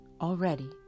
already